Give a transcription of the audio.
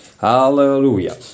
hallelujah